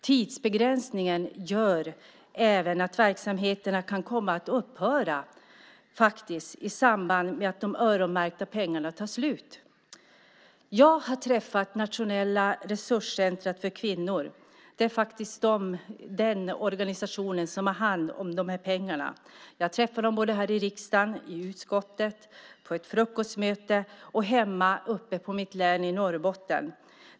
Tidsbegränsningen gör även att verksamheterna kan komma att upphöra i samband med att de öronmärkta pengarna tar slut. Jag har träffat representanter för Nationellt resurscentrum för kvinnor. Det är den organisation som har hand om pengarna. Jag har träffat dem i riksdagen, i utskottet, på ett frukostmöte och i mitt hemlän Norrbotten.